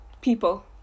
people